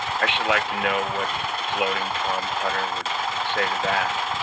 i should like to know what floating tom hutter would say to that!